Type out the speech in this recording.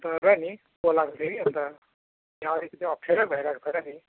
अन्त र नि बोलाएको थिएँ कि अन्त यहाँ अलिकति अप्ठ्यारो भइरहेको छ र नि